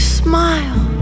smile